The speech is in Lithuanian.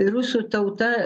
rusų tauta